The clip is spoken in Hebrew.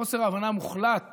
חוסר הבנה מוחלט